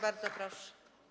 Bardzo proszę.